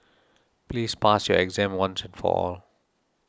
please pass your exam once and for all